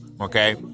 Okay